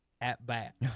at-bat